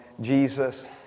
Jesus